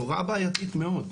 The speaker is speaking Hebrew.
היא הוראה בעייתית מאוד.